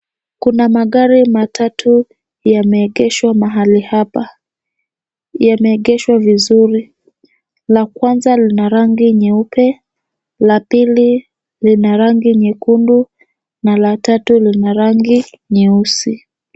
Kuna magari matatu yameegeshwa mahali hapa. Yameegeshwa vizuri. La kwanza lina rangi nyeupe, la pili lina rangi nyekundu na la tatu lina rangi nyeusi.